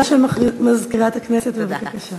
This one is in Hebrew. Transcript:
הודעה של מזכירת הכנסת, בבקשה.